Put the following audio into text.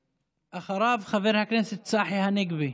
אחריו, חבר הכנסת צחי הנגבי.